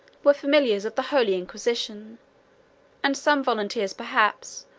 were familiars of the holy inquisition and some volunteers, perhaps,